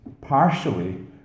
partially